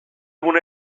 egun